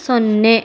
ಸೊನ್ನೆ